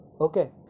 Okay